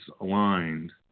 aligned